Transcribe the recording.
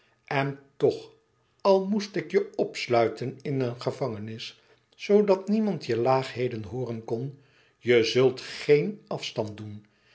en toch al moest ik je opsluiten in een gevangenis zoodat niemand je laagheden hooren kon je zùlt geen afstand doen